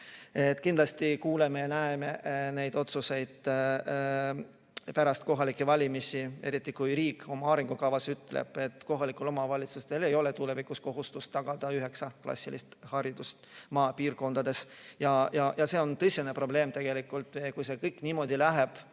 Kindlasti kuuleme ja näeme neid otsuseid pärast kohalikke valimisi, eriti kui riik oma arengukavas ütleb, et kohalikel omavalitsustel ei ole tulevikus kohustust tagada üheksaklassilist haridust maapiirkondades. See on tõsine probleem. Kui see kõik niimoodi läheb,